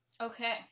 okay